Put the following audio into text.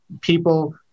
people